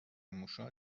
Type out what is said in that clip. موشا